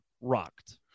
rocked